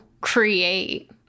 create